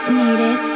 needed